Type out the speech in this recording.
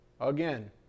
Again